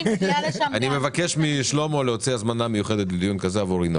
אני אבקש משלמה להוציא הזמנה מיוחדת לדיון כזה עבור ינון,